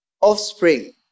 offspring